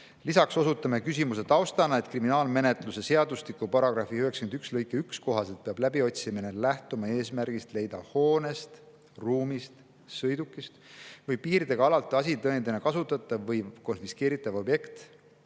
Lisaks osutame küsimuse taustana, et kriminaalmenetluse seadustiku paragrahvi 91 lõike 1 kohaselt peab läbiotsimine lähtuma eesmärgist leida hoonest, ruumist, sõidukist või piirdega alalt asitõendina kasutatav või konfiskeeritav objekt,